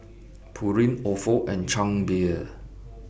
Pureen Ofo and Chang Beer